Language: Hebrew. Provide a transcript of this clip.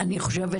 אני חושבת